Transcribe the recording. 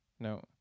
No